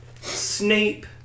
Snape